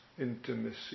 intimacy